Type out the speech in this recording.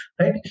right